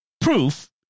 proof